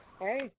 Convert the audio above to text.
Hey